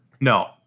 No